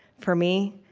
for me,